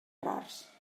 rars